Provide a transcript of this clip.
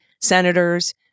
senators